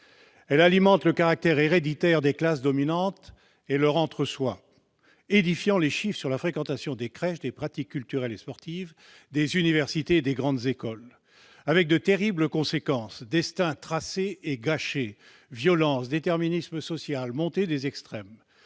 Elle alimente le caractère héréditaire des classes dominantes et leur entre-soi. Édifiants, les chiffres de fréquentation des crèches, des pratiques culturelles et sportives, des universités et des grandes écoles ! Cela a de terribles conséquences : destins tracés et gâchés, violences, déterminisme social, montée des extrêmes.